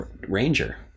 ranger